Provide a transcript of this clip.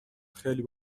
خیلی